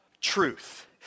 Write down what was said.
truth